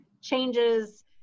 changes